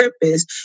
purpose